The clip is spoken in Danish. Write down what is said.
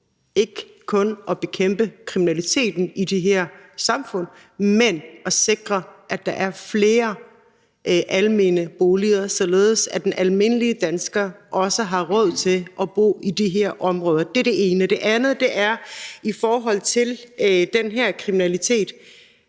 ikke kun ud på at bekæmpe kriminaliteten i det her samfund, men at sikre, at der er flere almene boliger, således at den almindelige dansker også har råd til at bo i de her områder. Det er det ene. Det andet er i forhold til den her kriminalitet: